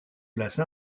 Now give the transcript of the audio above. place